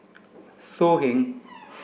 So Heng